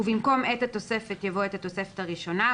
ובמקום "את התוספת" יבוא "את התוספת הראשונה",